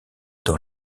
dans